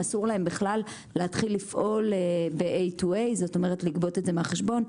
אסור להם בכלל לגבות את זה מהחשבון.